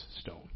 stone